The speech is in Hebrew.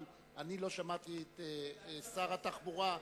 אבל אני לא שמעתי את שר התחבורה,